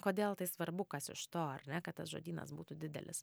kodėl tai svarbu kas iš to ar ne kad tas žodynas būtų didelis